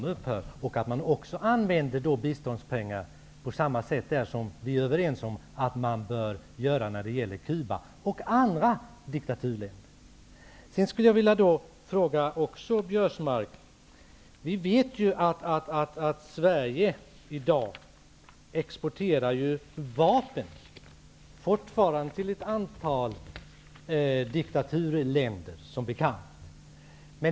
De måste upphöra, och man måste också där använda biståndspengar på samma sätt som vi är överens om att man bör göra när det gäller Cuba och andra diktaturländer. Biörsmark. Vi vet att Sverige i dag fortfarande exporterar vapen till ett antal diktaturländer, som bekant.